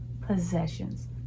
possessions